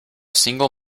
single